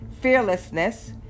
fearlessness